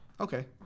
Okay